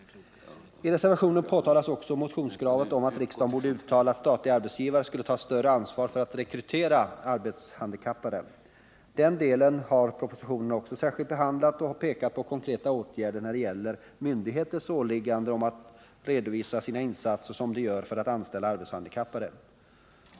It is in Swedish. I reservationen påtalas också motionskravet att riksdagen borde uttala att statliga arbetsgivare skulle ta större ansvar för att rekrytera arbetshandikappade. Den frågan har också särskilt behandlats i propositionen, där det även pekats på konkreta åtgärder när det gäller myndigheters åligganden att redovisa sina insatser för att anställa arbetshandikappade.